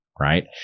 right